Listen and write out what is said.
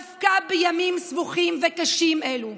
דווקא בימים סבוכים וקשים אלו,